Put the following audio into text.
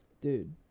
Dude